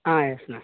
yes ma'am